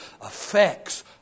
affects